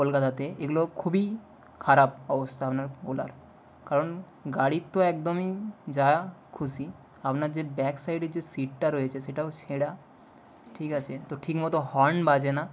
কলকাতাতে এগুলো খুবই খারাপ অবস্থা আপনার ওলার কারণ গাড়ির তো একদমই যা খুশি আপনার যে ব্যাক সাইডের যে সিটটা রয়েছে সেটাও ছেঁড়া ঠিক আছে তো ঠিক মতো হর্ন বাজে না